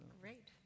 Great